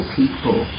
people